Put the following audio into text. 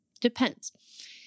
Depends